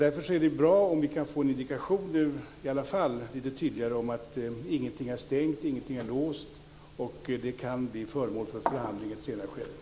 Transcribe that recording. Därför är det bra om vi nu kan få en lite tydligare indikation om att ingenting är stängt, att ingenting är låst och att detta kan bli föremål för förhandling i ett senare skede.